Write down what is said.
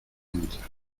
entra